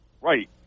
Right